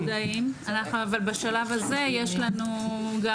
אנחנו מודעים, אנחנו אבל בשלב הזה, יש לנו גם